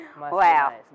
Wow